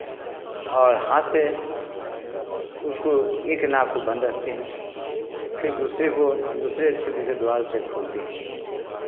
और हाथ से उसको एक नाक को बंद रखते हैं फिर दूसरे को दूसरे छिद्र के द्वार से खोलते हैं